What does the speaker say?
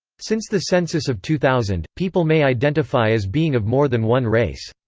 since the census of two thousand, people may identify as being of more than one race.